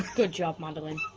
good job, madeleine.